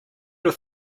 have